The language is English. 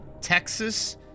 Texas